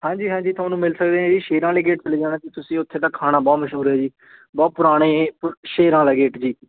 ਹਾਂਜੀ ਹਾਂਜੀ ਤੁਹਾਨੂੰ ਮਿਲ ਸਕਦੇ ਆ ਜੀ ਸ਼ੇਰਾਂ ਆਲੇ ਗੇਟ ਚਲੇ ਜਾਣਾ ਜੀ ਤੁਸੀਂ ਉੱਥੇ ਦਾ ਖਾਣਾ ਬਹੁਤ ਮਸ਼ਹੂਰ ਹੈ ਜੀ ਬਹੁਤ ਪੁਰਾਣੇ ਸ਼ੇਰਾਂ ਵਾਲਾ ਗੇਟ ਜੀ